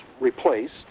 replaced